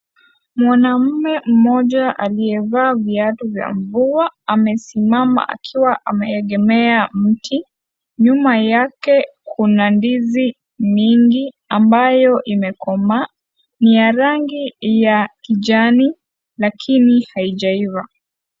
Mwanaume mmoja, aliyevaa viatu vya mvua. Amesimama akiwa ameegemea mti. Nyuma yake, kuna ndizi mingi ambayo imekomaa. Ni ya rangi ya kijani, lakini haijaiva.